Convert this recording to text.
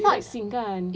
taxing kan